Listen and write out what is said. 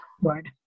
word